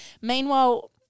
meanwhile